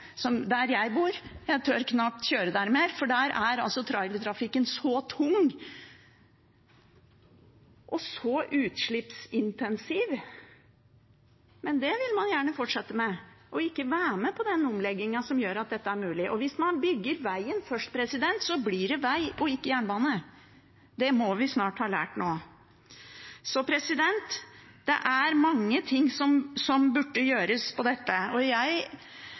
Der jeg bor, tør jeg knapt kjøre mer, for der er trailertrafikken så tung – og så utslippsintensiv. Men det vil man gjerne fortsette med, og ikke være med på den omleggingen som gjør at dette er mulig. Hvis man bygger veien først, blir det vei og ikke jernbane – det må vi snart ha lært nå. Det er mange ting som burde gjøres her. Det er mange som forteller om seg selv når de står her og på andre talerstoler. Jeg